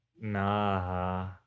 Nah